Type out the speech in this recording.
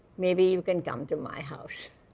maybe you can come to my house.